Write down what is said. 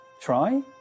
try